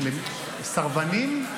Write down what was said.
לסרבנים?